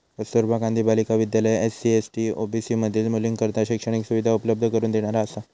कस्तुरबा गांधी बालिका विद्यालय SC, ST, OBC मधील मुलींकरता शैक्षणिक सुविधा उपलब्ध करून देणारा असा